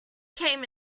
came